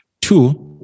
two